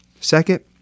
Second